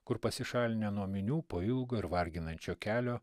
kur pasišalinę nuo minių po ilgo ir varginančio kelio